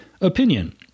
opinion